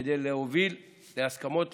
כדי להוביל להסכמות,